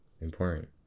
important